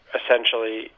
essentially